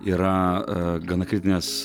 yra a gana kritinės